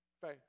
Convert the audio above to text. faith